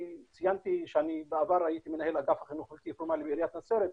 ציינתי שבעבר הייתי מנהל אגף החינוך הבלתי פורמלי בעיריית נצרת,